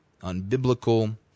unbiblical